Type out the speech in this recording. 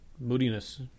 moodiness